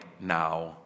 now